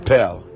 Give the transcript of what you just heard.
Pell